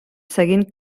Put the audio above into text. seguint